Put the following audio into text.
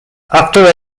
after